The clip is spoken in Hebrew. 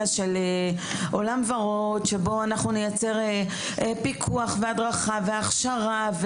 של עולם ורוד שבו אנחנו נייצר פיקוח והדרכה והכשרה,